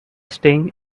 staying